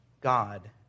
God